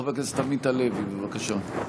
חבר הכנסת עמית הלוי, בבקשה.